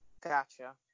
gotcha